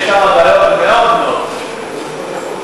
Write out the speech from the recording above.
אמרתי שיש שם בעיות מאוד מאוד לא פשוטות.